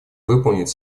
выполнить